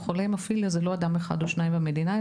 חולי המופיליה זה לא אדם אחד או שניים במדינה,